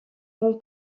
rond